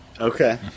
okay